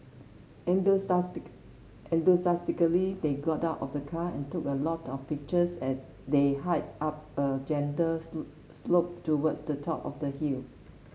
enthusiastic enthusiastically they got out of the car and took a lot of pictures as they hiked up a gentle slope towards the top of the hill